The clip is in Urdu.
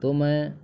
تو میں